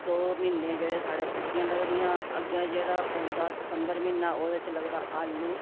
दो म्हीने जेह्ड़े साढ़ै सब्ज़ियां लगदियां अग्गें जेह्ड़ा पौंदा दिसंबर म्हीना ओह्दे च लगदा आलू